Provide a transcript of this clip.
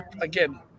again